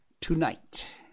tonight